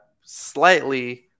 slightly